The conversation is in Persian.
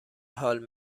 حال